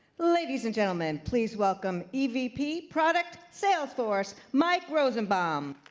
ladies and gentlemen, please welcome evp product salesforce, mike rosenbaum.